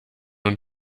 und